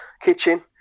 kitchen